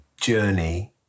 journey